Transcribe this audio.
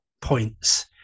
points